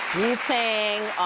tang,